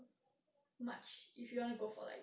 much if you want to go for like